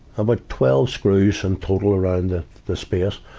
um like twelve screws in total around the, the space.